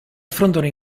affrontano